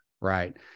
right